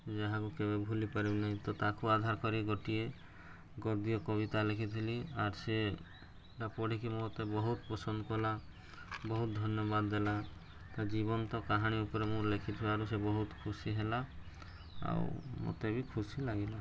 ଯାହାକୁ କେବେ ଭୁଲିପାରିବି ନାହିଁ ତ ତାକୁ ଆଧାର କରି ଗୋଟିଏ ଗଦୀୟ କବିତା ଲେଖିଥିଲି ଆର୍ ସେଟା ପଢ଼ିକି ମୋତେ ବହୁତ ପସନ୍ଦ କଲା ବହୁତ ଧନ୍ୟବାଦ ଦେଲା ତା' ଜୀବନ୍ତ କାହାଣୀ ଉପରେ ମୁଁ ଲେଖିଥିବାରୁ ସେ ବହୁତ ଖୁସି ହେଲା ଆଉ ମୋତେ ବି ଖୁସି ଲାଗିଲା